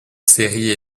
séries